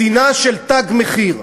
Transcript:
מדינה של "תג מחיר".